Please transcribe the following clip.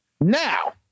Now